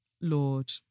Lord